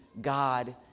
God